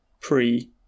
pre